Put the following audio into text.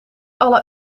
alle